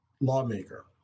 lawmaker